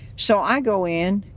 so i go in,